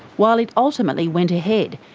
while it ultimately went ahead,